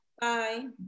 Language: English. Bye